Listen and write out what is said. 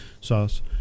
sauce